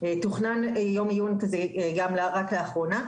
תוכנן יום עיון כזה רק לאחרונה,